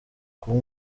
kuba